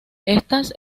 estas